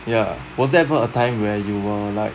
ya was there ever a time where you were like